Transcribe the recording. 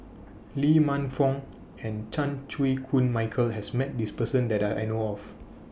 Lee Man Fong and Chan Chew Koon Michael has Met This Person that I know of